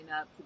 up